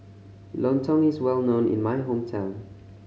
lontong is well known in my hometown